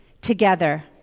Together